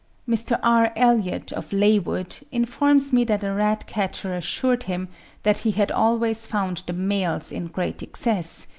mr. r. elliot, of laighwood, informs me that a rat-catcher assured him that he had always found the males in great excess,